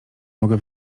mogę